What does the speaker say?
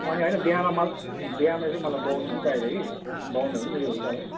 अनि होइन बिहामा मलाई बिहामा यसो मलाई बाहुन पनि चाहिएको थियो कि बाहुनहरू पनि उयो हुन्छ होला है